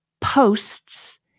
posts